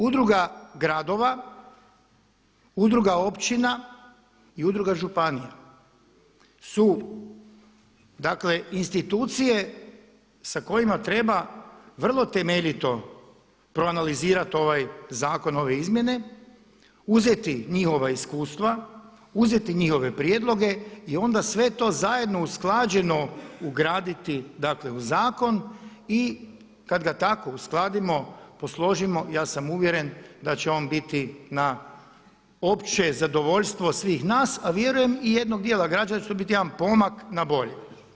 Udruga gradova, udruga općina i udruga županija su dakle institucije sa kojima treba vrlo temeljito proanalizirati ovaj zakon, ove izmjene, uzeti njihova iskustva, uzeti njihove prijedloge i onda sve to zajedno usklađeno ugraditi dakle u zakon i kada ga tako uskladimo, posložimo, ja sam uvjeren da će on biti na opće zadovoljstvo svih nas a vjerujem i jednog dijela građana, da će to biti jedan pomak na bolje.